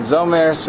Zomer